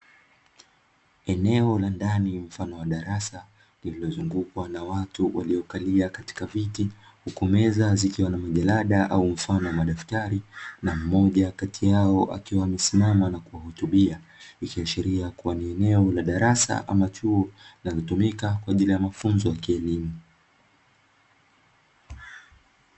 Eneo la ndani mfano wa darasa lililozungukwa na watu waliokalia katika viti, huku meza zikiwa na majalada au mfano wa madaftari na mmoja kati yao akiwa amesimama na kuwahutubia. Ikiashiria kuwa ni eneo la darasa ama chuo linalotumika kwa ajili ya mafunzo ya kielimu.